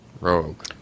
Rogue